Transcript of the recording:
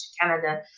Canada